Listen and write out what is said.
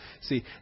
See